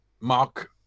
Mark